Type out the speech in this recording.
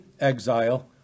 exile